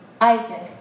Isaac